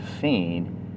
seen